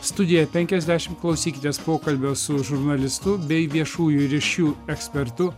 studija penkiasdešimt klausykitės pokalbio su žurnalistu bei viešųjų ryšių ekspertu